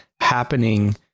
happening